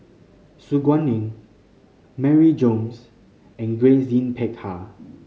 Su Guaning Mary Gomes and Grace Yin Peck Ha